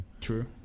True